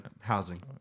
housing